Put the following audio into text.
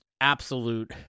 absolute